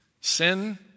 sin